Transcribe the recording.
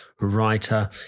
writer